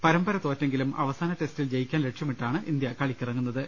പരമ്പര തോറ്റെങ്കിലും അവസാന ടെസ്റ്റിൽ ജയിക്കാൻ ലക്ഷ്യമിട്ടാണ് ഇന്ത്യ കളിക്കിറങ്ങു ന്നത്